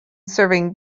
serving